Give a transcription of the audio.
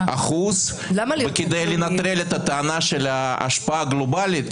וכדי לנטרל את הטענה של ההשפעה הגלובלית,